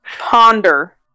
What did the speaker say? ponder